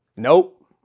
Nope